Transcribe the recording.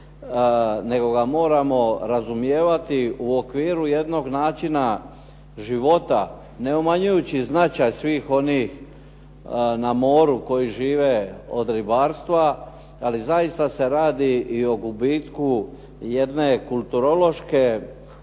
nego ga moramo razumijevati u okviru jednog načina života ne umanjujući značaj svih onih na moru koji žive od ribarstva, ali zaista se radi i o gubitku jedne kulturološke matrice